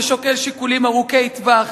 ששוקל שיקולים ארוכי טווח,